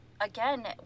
Again